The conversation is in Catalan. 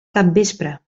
capvespre